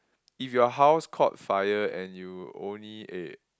if your house caught fire and you only eh